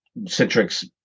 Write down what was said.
Citrix